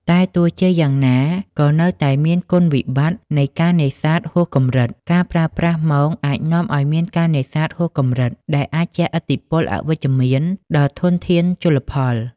តែទោះជាយ៉ាងណា ក៏នៅតែមានគុណវិបត្តិនៃការនេសាទហួសកម្រិត ការប្រើប្រាស់មងអាចនាំឲ្យមានការនេសាទហួសកម្រិត ដែលអាចជះឥទ្ធិពលអវិជ្ជមានដល់ធនធានជលផល។